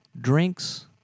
Drinks